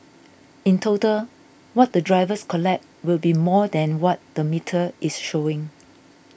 in total what the drivers collect will be more than what the metre is showing